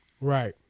Right